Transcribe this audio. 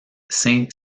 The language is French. saint